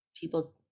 People